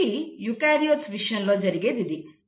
కాబట్టి యూకారియోట్ల విషయంలో జరిగేది ఇది